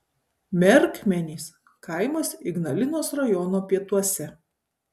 merkmenys kaimas ignalinos rajono pietuose